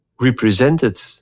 represented